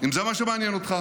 אם זה מה שמעניין אותך,